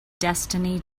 destiny